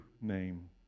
name